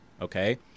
Okay